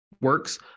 works